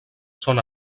són